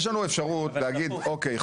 יש לנו אפשרות להגיד אוקיי,